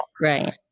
Right